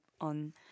on